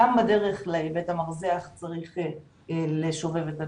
גם בדרך לבית המרזח צריך לשובב את הנפש.